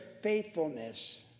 faithfulness